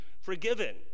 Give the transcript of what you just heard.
forgiven